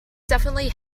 definitely